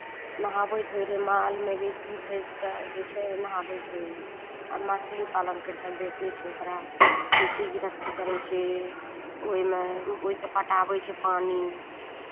नहाबै धोइत रहै माल मवेशी भैँसकेँ जे छै नहाबै धोइत रहै आब मछली पालन करि कऽ बेचै छै ओकरा खेती गृहस्थी करै छै ओहिमे ओहिसँ पटाबै छै पानि